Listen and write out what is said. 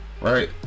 Right